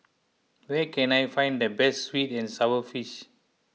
where can I find the best Sweet and Sour Fish